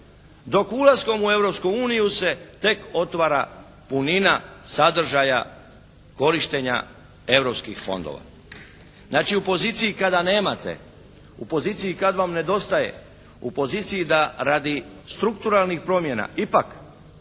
Dok ulaskom u Europsku uniju se tek otvara punina sadržaja korištenja europskih fondova. Znači, u poziciji kada nemate, u poziciji kad vam nedostaje, u poziciji da radi strukturalnih promjena ipak